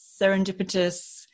serendipitous